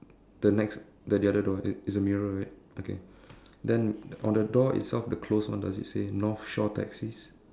the next the the other door is a mirror right okay then on the door itself the closed one does it say north shore taxis